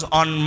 on